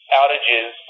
outages